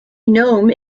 nome